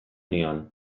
nion